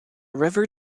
river